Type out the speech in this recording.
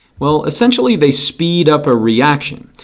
well essentially they speed up a reaction.